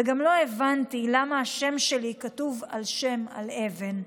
וגם לא הבנתי למה השם שלי כתוב שם על האבן...